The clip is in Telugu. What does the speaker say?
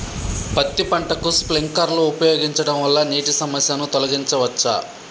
పత్తి పంటకు స్ప్రింక్లర్లు ఉపయోగించడం వల్ల నీటి సమస్యను తొలగించవచ్చా?